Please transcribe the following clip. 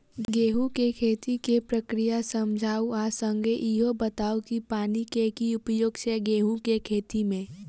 गेंहूँ केँ खेती केँ प्रक्रिया समझाउ आ संगे ईहो बताउ की पानि केँ की उपयोग छै गेंहूँ केँ खेती में?